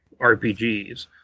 RPGs